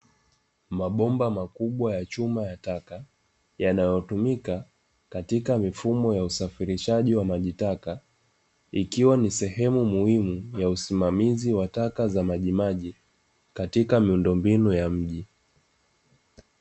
Mabomba makubwa ya chuma ya taka, yanayotumika katika mifumo ya usafirishaji wa majitaka, ikiwa ni sehemu muhimu ya usimamizi wa taka za majimaji, katika miundombinu ya mji.